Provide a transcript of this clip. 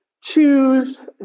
Choose